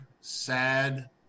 sad